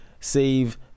save